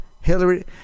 Hillary